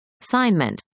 assignment